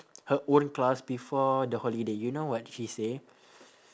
her own class before the holiday you know what she say